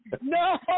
No